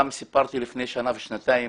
כבר אמרתי לפני שנה ושנתיים